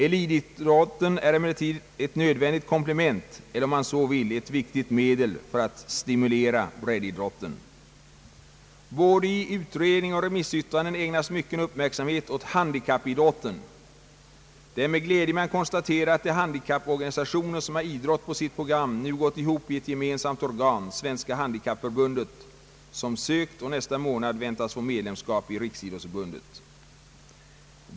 Elitidrotten är emellertid ett nödvändigt komplement eller, om man så vill, ett viktigt medel för att stimulera breddidrotten. Både i utredning och i remissyttranden ägnas mycken uppmärksamhet åt handikappidrotten. Det är med glädje man konstaterar att de handikapporganisationer som har idrott på sitt program nu gått ihop i ett gemensamt organ, Svenska handikappförbundet, som sökt och nästa månad väntas få medlemskap i Riksidrottsförbundet.